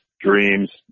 dreams